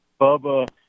Bubba